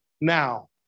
now